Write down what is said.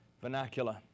vernacular